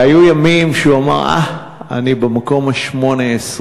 והיו ימים שהוא אמר: אה, אני במקום ה-18,